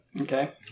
Okay